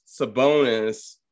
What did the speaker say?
Sabonis